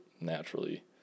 naturally